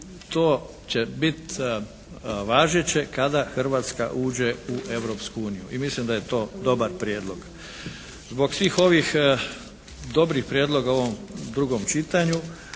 to će biti važeće kada Hrvatska uđe u Europsku uniju i mislim da je to dobar prijedlog. Zbog svih ovih dobrih prijedloga u ovom drugom čitanju,